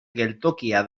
geltokia